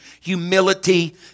humility